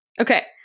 okay